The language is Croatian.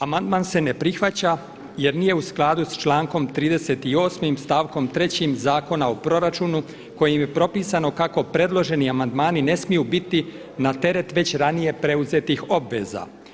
Amandman se ne prihvaća jer nije u skladu s člankom 38. stavkom 3. Zakona o proračunu kojim je propisano kako predloženi amandmani ne smiju biti na teret već ranije preuzetnih obveza.